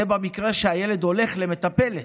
וזה במקרה שהילד הולך למטפלת,